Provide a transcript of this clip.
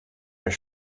euch